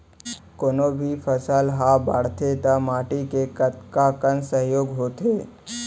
कोनो भी फसल हा बड़थे ता माटी के कतका कन सहयोग होथे?